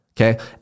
Okay